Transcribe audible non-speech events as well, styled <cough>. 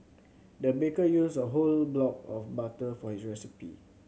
the baker used a whole block of butter for <unintelligible> recipe